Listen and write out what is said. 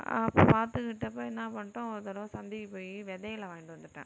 பாத்துக்கிட்டப்போ என்ன பண்ணிவிட்டோம் ஒருதடவை சந்தைக்கு போய் விதைகள வாங்கிகிட்டு வந்துட்டேன்